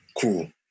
Cool